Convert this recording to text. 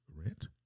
rent